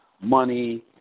money